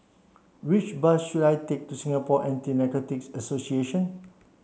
which bus should I take to Singapore Anti Narcotics Association